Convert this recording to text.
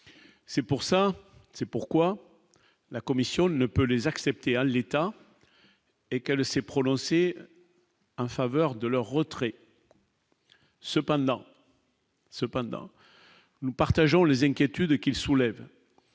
c'est pour ça, c'est pourquoi la Commission ne peut les accepter à l'état et qu'elle s'est prononcée. En faveur de leur retrait cependant. Cependant, nous partageons les inquiétudes qu'il soulève